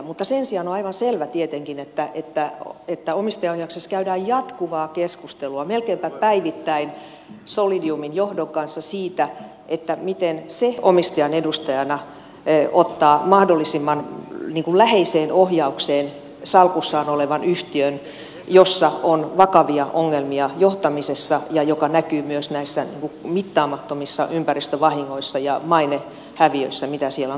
mutta sen sijaan on aivan selvä tietenkin että omistajaohjauksessa käydään jatkuvaa keskustelua melkeinpä päivittäin solidiumin johdon kanssa siitä miten se omistajan edustajana ottaa mahdollisimman läheiseen ohjaukseen salkussaan olevan yhtiön jossa on vakavia ongelmia johtamisessa mikä näkyy myös näissä mittaamattomissa ympäristövahingoissa ja mainehäviöissä mitä siellä on tapahtunut